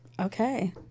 Okay